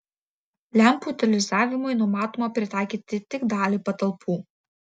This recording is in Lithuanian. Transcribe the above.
lempų utilizavimui numatoma pritaikyti tik dalį patalpų